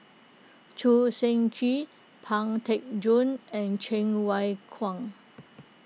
Choo Seng Quee Pang Teck Joon and Cheng Wai Keung